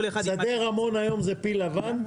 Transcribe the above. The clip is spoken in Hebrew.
שדה רמון היום זה פיל לבן.